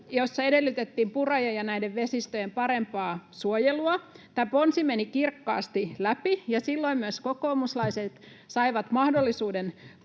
jossa edellytettiin purojen ja näiden vesistöjen parempaa suojelua. Tämä ponsi meni kirkkaasti läpi, ja silloin myös kokoomuslaiset saivat mahdollisuuden